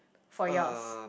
for yours